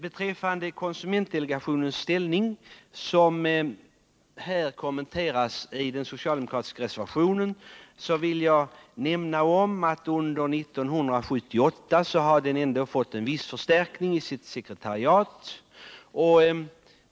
Beträffande konsumentdelegationens ställning, som kommenteras i den socialdemokratiska reservationen, vill jag nämna att delegationen under 1978 ändå har fått en viss förstärkning av sitt sekretariat.